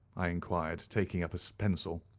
i inquired, taking up a so pencil.